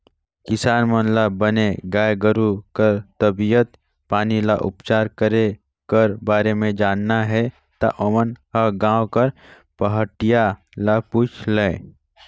किसान मन ल बने गाय गोरु कर तबीयत पानी कर उपचार करे कर बारे म जानना हे ता ओमन ह गांव कर पहाटिया ल पूछ लय